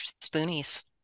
spoonies